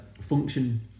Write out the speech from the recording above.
function